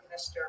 mr